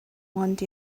want